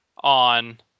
on